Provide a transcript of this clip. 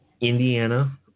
Indiana